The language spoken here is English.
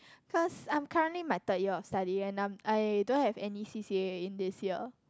cause I'm currently my third year of study and I'm I don't have any C_C_A in this year